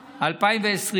האוצר.